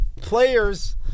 players